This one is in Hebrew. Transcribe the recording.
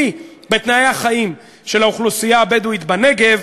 בתנאי החיים של האוכלוסייה הבדואית בנגב,